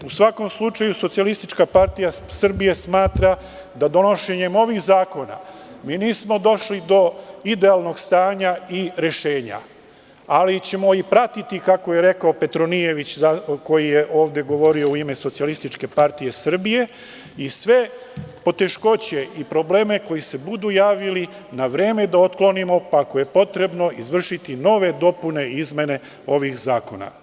U svakom slučaju, SPS smatra da donošenjem ovih zakona mi nismo došli do idealnog stanja i rešenja, ali ćemo i pratiti, kako je rekao gospodin Petronijević, koji je ovde govorio u ime SPS, i sve poteškoće i probleme koji se budu javili na vreme da otklonimo, pa ako je potrebno izvršiti nove izmene i dopune ovih zakona.